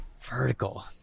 Vertical